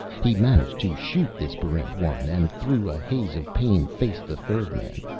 he managed to shoot this barrent one, and through a haze of pain faced the third man,